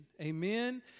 Amen